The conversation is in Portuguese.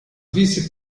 vice